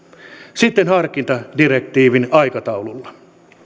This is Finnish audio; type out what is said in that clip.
sitten hankintadirektiivin aikataululla